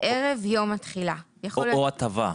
ערב יום התחילה, או הטבה,